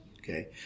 Okay